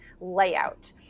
layout